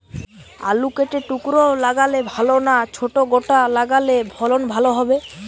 আলু কেটে টুকরো লাগালে ভাল না ছোট গোটা লাগালে ফলন ভালো হবে?